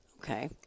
Okay